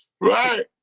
Right